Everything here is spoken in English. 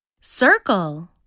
Circle